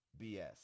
BS